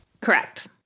Correct